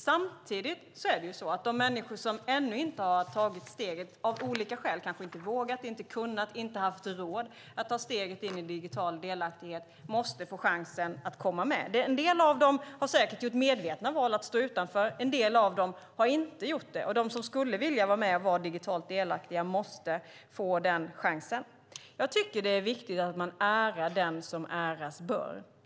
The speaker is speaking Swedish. Samtidigt är det så att de människor som av olika skäl - kanske har man inte vågat, inte kunnat eller inte haft råd - ännu inte tagit steget in i digital delaktighet måste få chansen att komma med. En del av dem har säkert medvetet valt att stå utanför. En del av dem har inte gjort det. De som skulle vilja vara digitalt delaktiga måste få den chansen. Det är viktigt att ära den som äras bör.